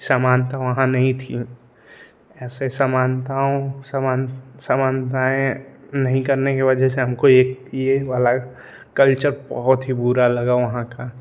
समानता वहाँ नहीं थी ऐसे समानताओं समानतायें नहीं करने की वजह से हमको एक ये वाला कल्चर बहुत ही बुरा लगा वहाँ का